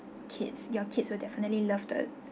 kids your kids will definitely love the